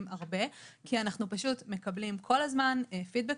הרבה - כי אנחנו פשוט מקבלים כל הזמן פידבק